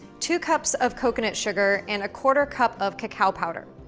two cups of coconut sugar, and a quarter cup of cacao powder.